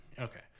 Okay